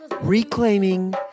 Reclaiming